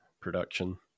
production